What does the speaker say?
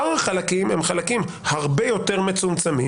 שאר החלקים הם חלקים הרבה יותר מצומצמים